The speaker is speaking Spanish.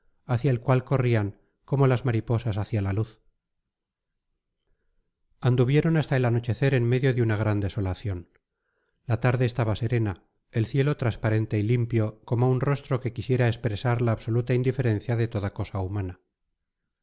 hacia el cual corrían como las mariposas hacia la luz anduvieron hasta el anochecer en medio de una gran desolación la tarde estaba serena el cielo transparente y limpio como un rostro que quisiera expresar la absoluta indiferencia de toda cosa humana